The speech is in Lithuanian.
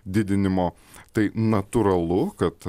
didinimo tai natūralu kad